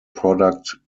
product